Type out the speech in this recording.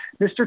Mr